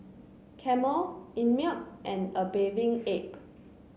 Camel Einmilk and A Bathing Ape